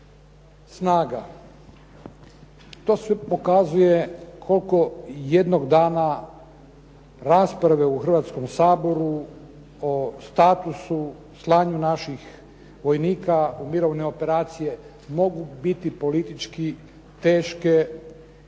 snaga. To sve pokazuje koliko jednog dana rasprave u Hrvatskom saboru o statusu, slanju naših vojnika u mirovne operacije mogu biti politički teške i,